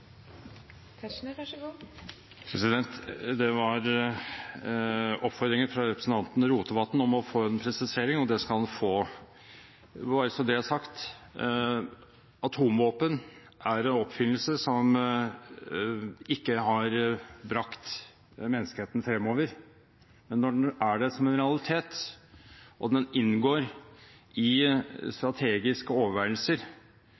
Det var en oppfordring fra representanten Rotevatn om å få en presisering, og det skal han få. Bare så det er sagt: Atomvåpen er en oppfinnelse som ikke har bragt menneskeheten fremover. Men når den er der som en realitet, og den inngår i strategiske